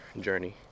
journey